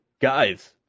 guys